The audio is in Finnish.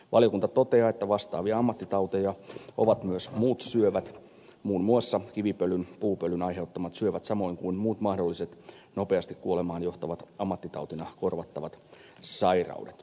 valiokunta toteaa että vastaavia ammattitauteja ovat myös muut syövät muun muassa kivipölyn puupölyn aiheuttamat syövät samoin kuin muut mahdolliset nopeasti kuolemaan johtavat ammattitautina korvattavat sairaudet